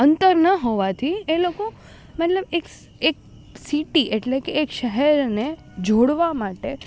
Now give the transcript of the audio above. અંતર ન હોવાથી એ લોકો મતલબ એક સિટી એટલે કે એક શહેરને જોડવા માટે